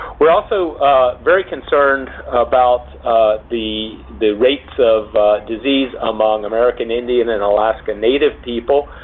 we're also very concerned about the the rates of disease among american-indian and alaska native people.